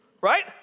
right